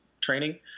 training